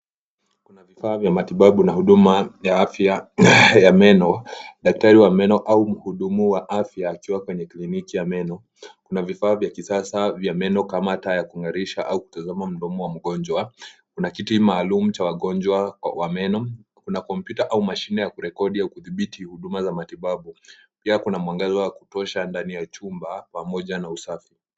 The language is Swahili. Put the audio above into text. Kuna vifaa vya matibabu na huduma ya afya ya meno, daktari wa meno au mhudumu wa afya akiwa kwenye kliniki ya meno. Kuna vifaa vya kisasa vya meno kama taa ya kung'arisha au kutazama mdomo wa mgonjwa. Kuna kiti maalum cha wagojwa wa meno. Kuna kompyuta au mashine ya kurekodi au kudhibiti huduma za matibabu. Pia kuna mwangaza wa kutosha ndani ya chumba pamoja na usafi.